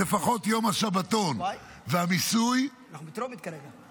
לפחות יום השבתון והמיסוי --- אנחנו בטרומית כרגע.